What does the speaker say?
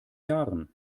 jahren